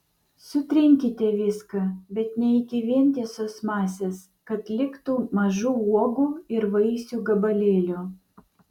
sutrinkite viską bet ne iki vientisos masės kad liktų mažų uogų ir vaisių gabalėlių